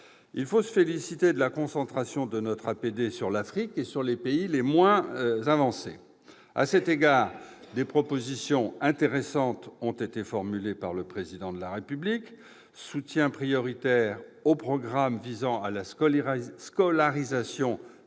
Il faut aussi se féliciter de la concentration de notre APD sur l'Afrique et sur les pays les moins avancés. À cet égard, des propositions intéressantes ont été formulées par le Président de la République, qu'il s'agisse du soutien prioritaire aux programmes visant à la scolarisation des